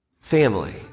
family